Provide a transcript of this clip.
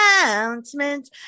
announcements